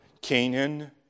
Canaan